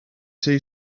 two